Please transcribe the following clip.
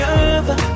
over